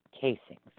casings